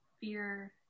fear